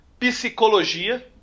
Psicologia